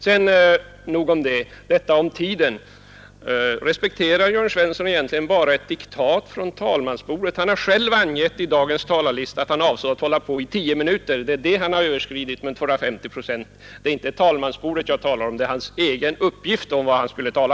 Sedan något om tiden. Respekterar herr Jörn Svensson bara ett diktat från talmansbordet? Han har själv angett i dagens talarlista att han avsåg att hålla på i tio minuter. Den tiden har han överskridit med 250 procent. Det är inte talmansbordet jag syftar på utan hans egen uppgift om hur länge han skulle tala.